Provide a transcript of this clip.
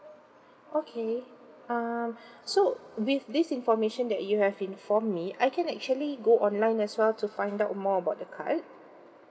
okay um so with this information that you have inform me I can actually go online as well to find out more about the card